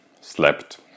slept